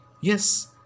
Yes